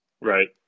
Right